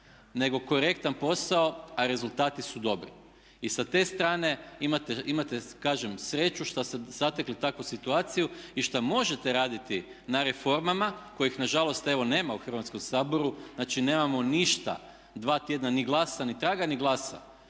nego korektan posao a rezultati su dobri. I sa te strane imate kažem sreću što ste zatekli takvu situaciju i šta možete raditi na reformama kojih nažalost evo nema u Hrvatskom saboru. Znači nemamo ništa 2 tjedna ni glasa ni traga od